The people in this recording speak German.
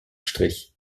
strich